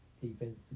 Defense